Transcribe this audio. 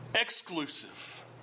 exclusive